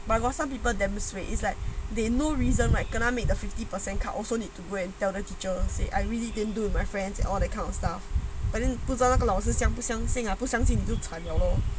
but got some people damn suay its like they no reason right kena make the fifty percent cut also need to go and tell the teacher say I really didn't do with my friends all that kind of stuff but then 不知道那个老师相不相信 ah 不相信你就惨 liao lor